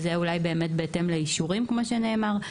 זה אולי באמת בהתאם לאישורים, כמו שנאמר.